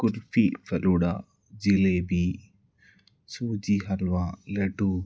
kulfi falooda jalebi suji halwa laddu